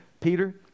Peter